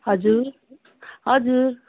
हजुर हजुर